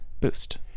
boost